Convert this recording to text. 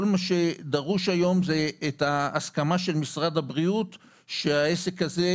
כל מה שדרוש היום זו את ההסכמה של משרד הבריאות לעסק הזה: